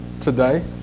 today